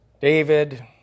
david